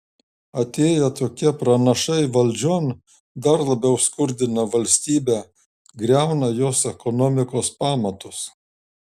atėję tokie pranašai valdžion dar labiau skurdina valstybę griauna jos ekonomikos pamatus